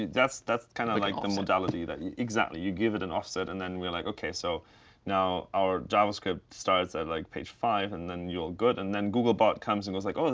that's that's kind of like the modality that exactly. you give it an offset and then we're like, ok, so now our javascript starts at like page five. and then you're good. and then google bot comes and goes like,